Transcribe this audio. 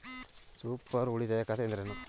Super ಉಳಿತಾಯ ಖಾತೆ ಎಂದರೇನು?